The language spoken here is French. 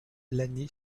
lagny